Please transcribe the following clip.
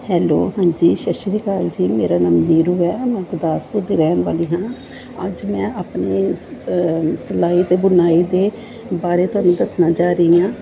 hello ਹਾਂਜੀ ਸਤਿ ਸ਼੍ਰੀ ਅਕਾਲ ਜੀ ਮੇਰਾ ਨਾਮ ਨੀਰੂ ਹੈ ਮੈਂ ਗੁਰਦਾਸਪੁਰ ਦੀ ਰਹਿਣ ਵਾਲੀ ਹਾਂ ਅੱਜ ਮੈਂ ਆਪਣੇ ਸ ਸਿਲਾਈ ਅਤੇ ਬੁਣਾਈ ਦੇ ਬਾਰੇ ਤੁਹਾਨੂੰ ਦੱਸਣ ਜਾ ਰਹੀ ਹਾਂ